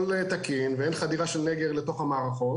תקין ואין חדירה של נגר לתוך המערכות,